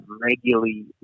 regularly